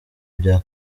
bya